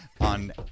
On